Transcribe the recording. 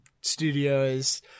studios